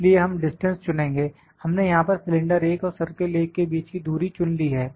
इसलिए हम डिस्टेंस चुनेंगे हमने यहां पर सिलेंडर 1 और सर्किल 1 के बीच की दूरी चुन ली है